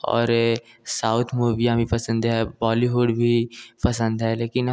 और ये साउथ मुभीयाँ भी पसंद है बौलिहुड भी पसंद है लेकिन